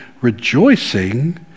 rejoicing